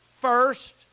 first